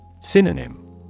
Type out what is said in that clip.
Synonym